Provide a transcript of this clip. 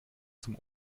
zum